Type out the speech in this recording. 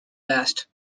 last